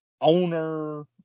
owner